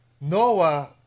Noah